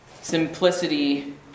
simplicity